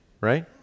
right